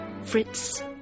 Fritz